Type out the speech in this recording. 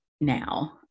now